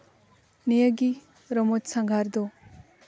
ᱱᱤᱭᱟᱹᱜᱮ ᱨᱚᱢᱚᱡᱽ ᱥᱟᱸᱜᱷᱟᱨ ᱫᱚ